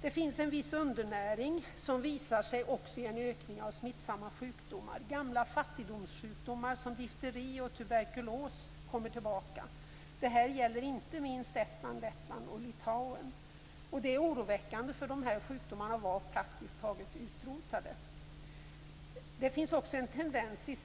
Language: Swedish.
Det finns också en viss undernäring, som visar sig i en ökning av smittsamma sjukdomar. Gamla fattigdomssjukdomar som difteri och tuberkulos kommer tillbaka. Detta gäller inte minst Estland, Lettland och Litauen, och det är oroväckande. Dessa sjukdomar var praktiskt taget utrotade. Det finns också en tendens i